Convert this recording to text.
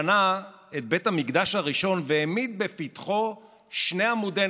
בנה את בית המקדש הראשון והעמיד בפתחו שני עמודי,